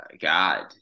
God